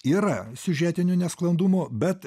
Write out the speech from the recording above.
yra siužetinių nesklandumų bet